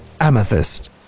Amethyst